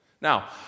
Now